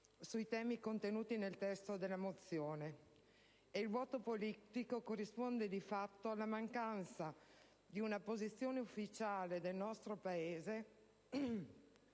sui temi contenuti nel testo della mozione, e il vuoto politico corrisponde di fatto alla mancanza di una posizione ufficiale del nostro Paese,